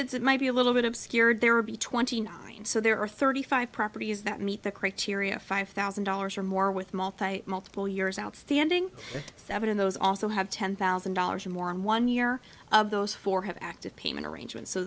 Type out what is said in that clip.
it might be a little bit obscured there would be twenty nine so there are thirty five properties that meet the criteria five thousand dollars or more with multiple years outstanding seven of those also have ten thousand dollars or more in one year of those four have active payment arrangements so